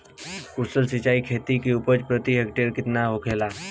कुशल सिंचाई खेती से उपज प्रति हेक्टेयर केतना होखेला?